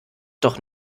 doch